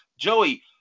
Joey